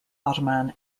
ottoman